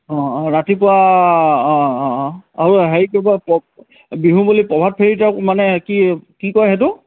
অঁ অঁ ৰাতিপুৱা অঁ অঁ অঁ আৰু হেৰি কৰিব বিহু বুলি প্ৰভাত ফেৰিত মানে কি কি কয় সেইটো